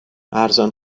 ارزان